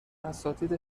اساتید